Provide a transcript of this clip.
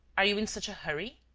are you in such a hurry?